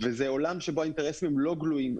זה עולם שבו האינטרסים הם לא גלויים.